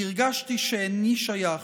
והרגשתי שאיני שייך.